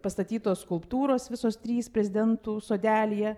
pastatytos skulptūros visos trys prezidentų sodelyje